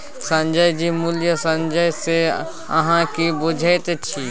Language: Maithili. संजय जी मूल्य संचय सँ अहाँ की बुझैत छी?